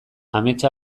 ametsa